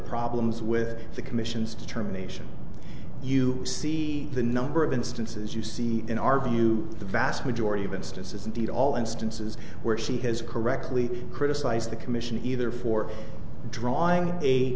problems with the commission's determination you see the number of instances you see in our view the vast majority of instances indeed all instances where she has correctly criticized the commission either for drawing a